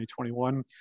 2021